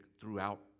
throughout